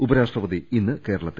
ഉപരാഷ്ട്രപതി ഇന്ന് കേരളത്തിൽ